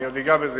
אני עוד אגע בזה,